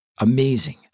Amazing